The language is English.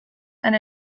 and